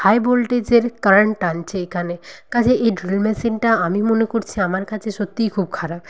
high ভোল্টেজের current টানছে এখানে কাজে এই ড্রিল মেশিনটা আমি মনে করছি আমার কাছে সত্যিই খুব খারাপ